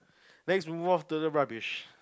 next we move off to the rubbish